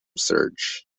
surge